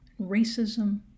Racism